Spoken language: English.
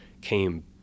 came